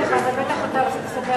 מה זה קשור מי בשלטון, לא